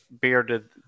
bearded